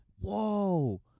whoa